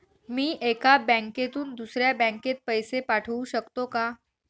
मी एका बँकेतून दुसऱ्या बँकेत पैसे पाठवू शकतो का?